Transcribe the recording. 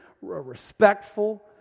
respectful